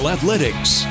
Athletics